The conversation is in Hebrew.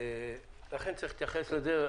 לכן צריך להתייחס לזה.